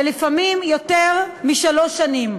ולפעמים יותר משלוש שנים.